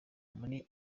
muri